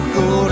go